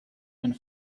and